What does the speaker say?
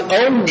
own